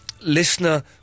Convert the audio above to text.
listener